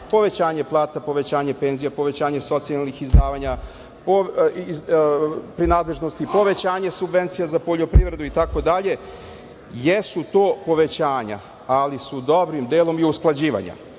povećanja plata, povećanje penzija, povećanje socijalnih izdavanja pri nadležnosti, povećanje subvencija za poljoprivredu itd. jesu to povećanja, ali su dobrim delom i usklađivanja